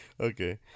Okay